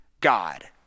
God